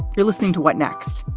you're listening to what next?